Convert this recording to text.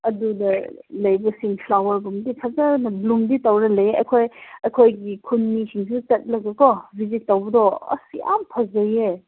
ꯑꯗꯨꯗ ꯂꯩꯕꯁꯤꯡ ꯐ꯭ꯂꯥꯋꯔꯒꯨꯝꯕꯗꯤ ꯐꯖꯅ ꯕ꯭ꯂꯨꯝꯗꯤ ꯇꯧꯔꯒ ꯂꯩꯌꯦ ꯑꯩꯈꯣꯏ ꯑꯩꯈꯣꯏꯒꯤ ꯈꯨꯟꯃꯤꯁꯤꯡꯁꯨ ꯆꯠꯂꯦꯕꯀꯣ ꯕꯤꯖꯤꯠ ꯇꯧꯕꯗꯣ ꯑꯁ ꯌꯥꯝ ꯐꯖꯩꯌꯦ